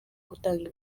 gutanga